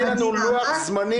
תני לנו לוח זמנים.